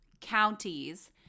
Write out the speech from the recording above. counties